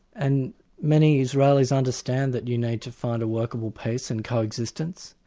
and many israelis understand that you need to find a workable peace and coexistence,